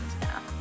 now